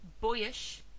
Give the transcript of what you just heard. boyish